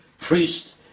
priest